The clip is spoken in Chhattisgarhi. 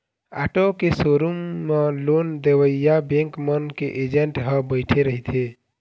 आटो के शोरूम म लोन देवइया बेंक मन के एजेंट ह बइठे रहिथे